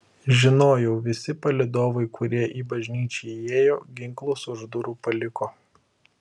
žinojau visi palydovai kurie į bažnyčią įėjo ginklus už durų paliko